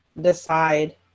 decide